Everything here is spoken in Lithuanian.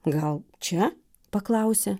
gal čia paklausė